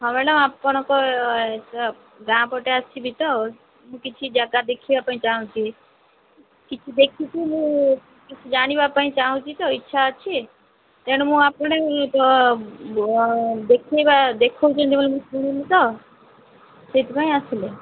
ହଁ ମ୍ୟାଡମ ଆପଣଙ୍କ ଗାଁ ପଟେ ଆସିବି ତ ମୁଁ କିଛି ଯାଗା ଦେଖିବା ପାଇଁ ଚାହୁଁଛି କିଛି ଦେଖିଥିଲି କିଛି ଜାଣିବା ପାଇଁ ଟାହୁଁଛି ତ ଇଚ୍ଛା ଅଛି ତେଣୁ ମୁଁ ଆପଣ ଦେଖେଇବା ଦେଖଉଛନ୍ତି ବୋଲି ଶୁଣିଲି ତ ସେଥିପାଇଁ ଆସିଥିଲି